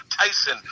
Tyson